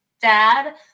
dad